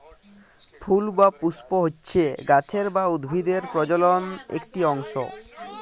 ফুল বা পুস্প হচ্যে গাছের বা উদ্ভিদের প্রজলন একটি অংশ